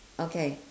okay